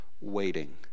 Waiting